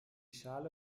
schale